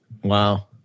Wow